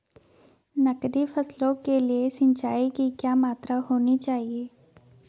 नकदी फसलों के लिए सिंचाई की क्या मात्रा होनी चाहिए?